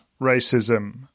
racism